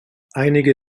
einige